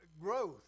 growth